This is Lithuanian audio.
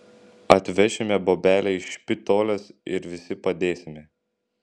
atvešime bobelę iš špitolės ir visi padėsime